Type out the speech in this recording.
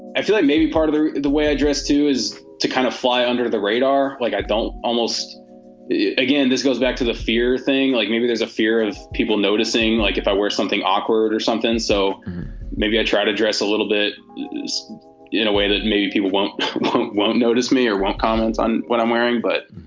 i feel like maybe part of the the way i dress, too, is to kind of fly under the radar. like i don't almost again, this goes back to the fear thing. like, maybe there's a fear of people noticing, like if i wear something awkward or something so maybe i try to dress a little bit is in a way that maybe people won't won't won't notice me or want comments on what i'm wearing but